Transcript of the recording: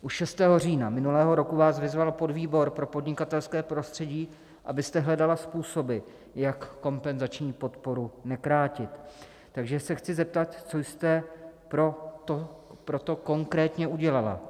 Už 6. října minulého roku vás vyzval podvýbor pro podnikatelské prostředí, abyste hledala způsoby, jak kompenzační podporu nekrátit, takže se chci zeptat, co jste pro to konkrétně udělala?